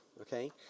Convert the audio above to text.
okay